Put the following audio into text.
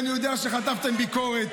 אני יודע שחטפתם ביקורת,